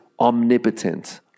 omnipotent